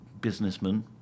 businessman